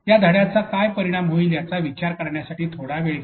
या धड्याचा काय परिणाम होईल याचा विचार करण्यासाठी थोडा वेळ घ्या